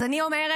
אז אני אומרת: